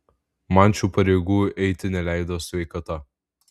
man šių pareigų eiti neleido sveikata